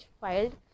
filed